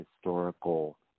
historical